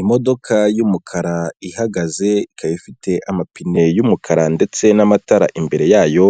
Imodoka y'umukara ihagaze ikaba ifite amapine y'umukara ndetse n'amatara imbere yayo